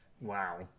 Wow